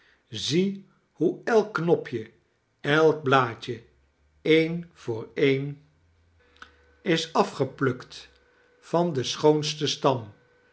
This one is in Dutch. zie hoe elk knopje elk blaadje pen voor een is i kekstvertellingen afgeplukt van den sehoonsten stam